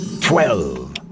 Twelve